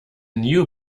new